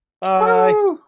bye